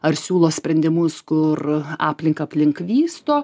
ar siūlo sprendimus kur aplinką aplink vysto